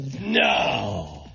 No